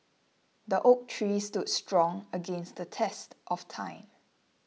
the oak tree stood strong against the test of time